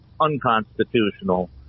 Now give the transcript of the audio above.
unconstitutional